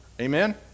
Amen